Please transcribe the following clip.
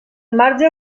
marge